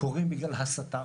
קורים בגלל הסתה.